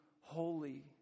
holy